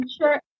sure